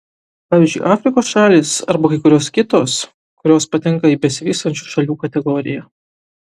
pavyzdžiui afrikos šalys arba kai kurios kitos kurios patenka į besivystančių šalių kategoriją